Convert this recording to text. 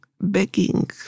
begging